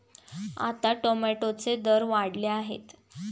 आता टोमॅटोचे दर वाढले आहेत